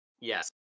Yes